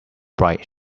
bright